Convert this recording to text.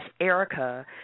Erica